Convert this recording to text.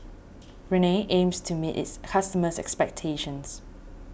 Rene aims to meet its customers' expectations